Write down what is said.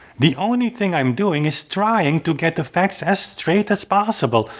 the only thing i'm doing is trying to get the facts as straight as possible,